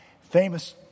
Famous